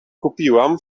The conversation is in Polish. kupiłam